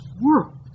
world